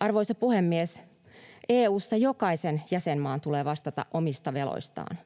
Arvoisa puhemies! EU:ssa jokaisen jäsenmaan tulee vastata omista veloistaan.